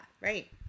right